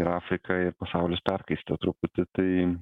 ir afrika ir pasaulis perkaista truputį tai